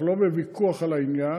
אנחנו לא בוויכוח על העניין,